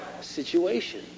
situation